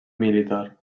militar